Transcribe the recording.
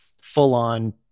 full-on